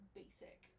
basic